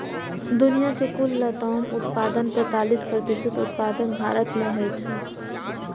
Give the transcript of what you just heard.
दुनियाक कुल लताम उत्पादनक पैंतालीस प्रतिशत उत्पादन भारत मे होइ छै